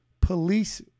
police